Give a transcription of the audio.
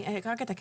אני רק אתקן.